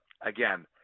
again